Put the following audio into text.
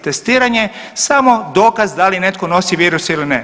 Testiranje je samo dokaz da li netko nosi virus ili ne.